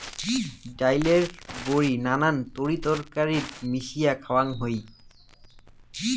ডাইলের বড়ি নানান তরিতরকারিত মিশিয়া খাওয়াং হই